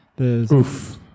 Oof